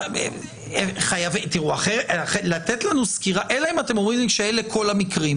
אם אתם אומרים שאלה כל המקרים